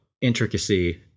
intricacy